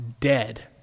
dead